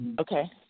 Okay